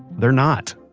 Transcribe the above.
they're not.